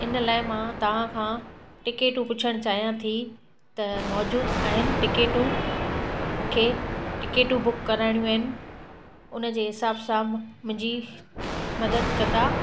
इन लाइ मां तव्हांखां टिकिटूं पुछण चाहियां थी त मौजूदु आहिनि टिकिटूं मूंखे टिकिटूं बुक कराइणियूं आहिनि उनजे हिसाब सां मुंहिंजी मदद कंदा